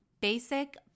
Basic